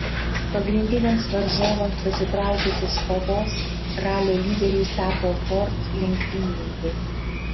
pagrindiniams varžovams pasitraukus iš kovos ralio lyderiais tapo ford lenktynininkai